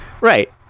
right